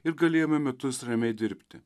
ir galėjome metus ramiai dirbti